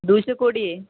ଦୁଇଶହ କୋଡ଼ିଏ